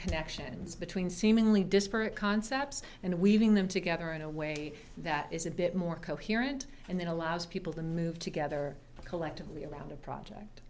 connections between seemingly disparate concepts and weaving them together in a way that is a bit more coherent and then allows people to move together collectively around a project